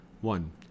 one